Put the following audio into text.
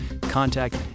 contact